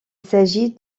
s’agit